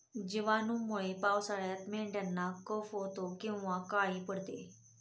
जिवाणूंमुळे पावसाळ्यात मेंढ्यांना कफ होतो किंवा काळी पडते